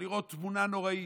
ולראות תמונה נוראית.